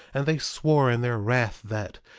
and they swore in their wrath that,